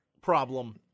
problem